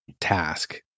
task